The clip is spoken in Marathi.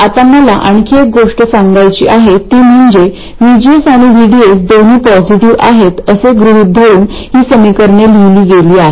आता मला आणखी एक गोष्ट सांगायची आहे ती म्हणजे VGS आणि VDS दोन्ही पॉझिटिव्ह आहेत असे गृहित धरून ही समीकरणे लिहिली गेली आहेत